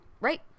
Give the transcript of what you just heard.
Right